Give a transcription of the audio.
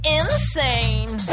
insane